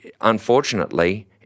unfortunately